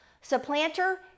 supplanter